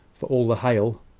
for all the hail.